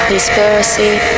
conspiracy